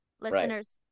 listeners